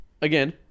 Again